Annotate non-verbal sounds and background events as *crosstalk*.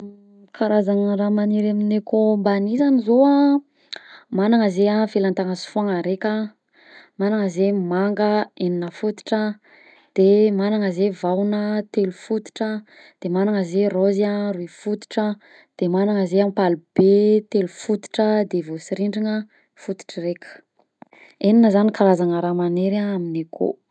*hesitation* Karazagna raha maniry aminay akô mbany zany zao a, magnana zay felantagna sy foagna raika a, magnana zay manga enina fototra, de magnana zay vahogna telo fototra, de magnana zay raozy a roy fototra, de magnana zay ampalibe telo fototra, de voatsirindrina fototry raiky, enina zany karazagna raha magniry amignay akô.